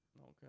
Okay